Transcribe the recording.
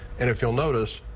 and if you'll notice,